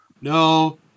no